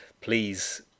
please